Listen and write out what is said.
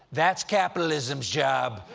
that's capitalism's job.